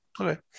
okay